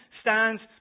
stands